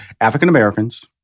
African-Americans